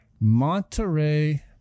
Monterey